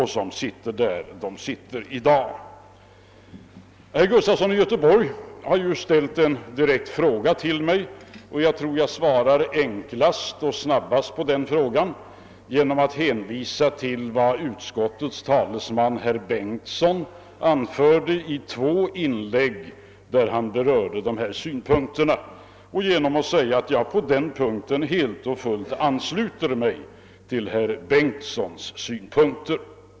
Herr Gustafson i Göteborg har ställt en direkt fråga till mig. Jag tror att jag svarar enklast och snabbast genom att hänvisa till vad utskottets talesman herr Bengtsson anförde i två inlägg och säga att jag helt och hållet ansluter mig till herr Bengtssons uppfattning.